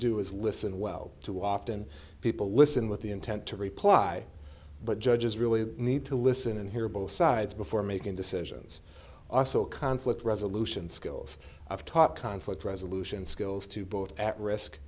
do is listen well to often people listen with the intent to reply but judges really need to listen and hear both sides before making decisions also conflict resolution skills i've taught conflict resolution skills to both at risk